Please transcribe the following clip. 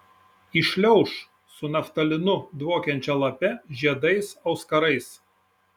įšliauš su naftalinu dvokiančia lape žiedais auskarais